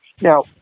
Now